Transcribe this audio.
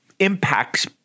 Impacts